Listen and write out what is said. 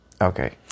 Okay